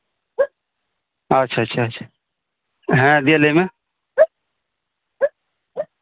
ᱟᱪᱪᱷᱟ ᱟᱪᱪᱷᱟ ᱟᱪᱪᱷᱟ ᱦᱮᱸ ᱫᱤᱭᱮ ᱞᱟᱹᱭ ᱢᱮ